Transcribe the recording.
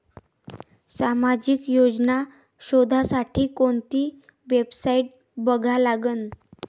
सामाजिक योजना शोधासाठी कोंती वेबसाईट बघा लागन?